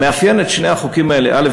המאפיין את שני החוקים האלה, א.